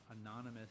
anonymous